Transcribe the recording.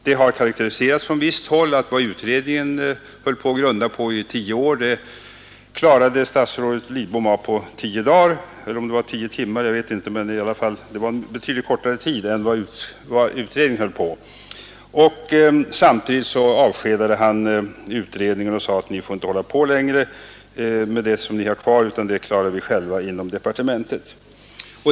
Det har sagts från visst håll att vad utredningen grunnade på i tio år klarade statsrådet Lidbom av på tio dagar — eller om det var tio timmar. Det var i alla fall betydligt kortare tid än utredningen använde. Samtidigt avskedade han utredningen och sade: Ni får inte hålla på längre med det som ni har kvar, utan det klarar vi själva inom departementet.